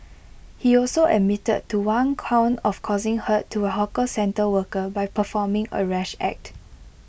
he also admitted to one count of causing hurt to A hawker centre worker by performing A rash act